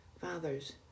fathers